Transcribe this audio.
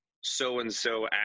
so-and-so